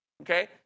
okay